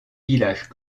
village